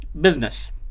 business